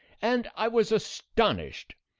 and i was astonished.